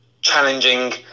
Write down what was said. challenging